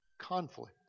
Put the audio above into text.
conflict